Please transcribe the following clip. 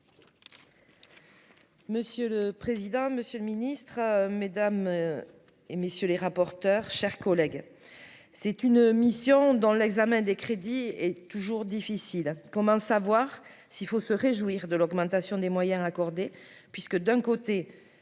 Monsieur le président, Monsieur le Ministre, Mesdames et messieurs les rapporteurs, chers collègues, c'est une mission dans l'examen des crédits est toujours difficile, comment savoir s'il faut se réjouir de l'augmentation des moyens accordés puisque d'un côté